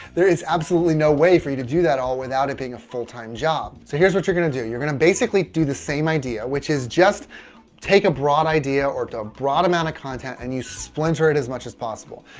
there is absolutely no way for you to do that all without it being a full-time job. so here's what you're going to do you're going to basically do the same idea which is just take a broad idea or a broad amount of content and you splinter it as much as possible,